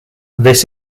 this